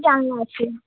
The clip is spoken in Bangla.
জানলা আছে